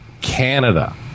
canada